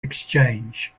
exchange